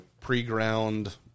pre-ground